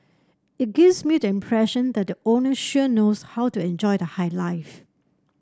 it gives me the impression that the owner sure knows how to enjoy the high life